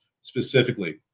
specifically